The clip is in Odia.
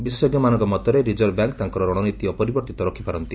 ବିଶେଷଜ୍ଞମାନଙ୍କ ମତରେ ରିଜର୍ଭ ବ୍ୟାଙ୍କ ତାଙ୍କର ରଣନୀତି ଅପରିବର୍ଭିତ ରଖିପାରନ୍ତି